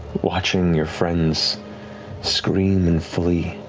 watching your friends scream and flee.